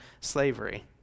slavery